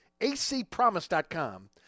ACPromise.com